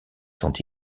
sont